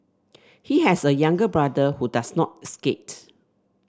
he has a younger brother who does not skate